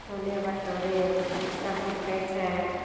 छोले भटोरे ईसब बिकै छै